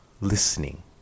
listening